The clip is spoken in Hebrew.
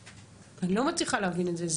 אני לא מצליחה להבין את זה,